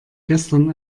gestern